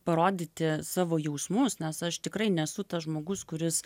parodyti savo jausmus nes aš tikrai nesu tas žmogus kuris